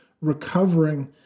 recovering